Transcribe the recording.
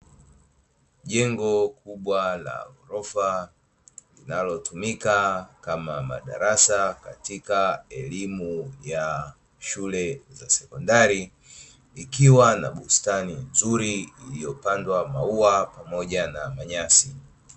Jengo kubwa la ghorofa linalotumika kama madarasa katika elimu ya shule za sekondari, ikiwa na bustani nzuri iliyopandwa maua pamoja na nyasi.